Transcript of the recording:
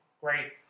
great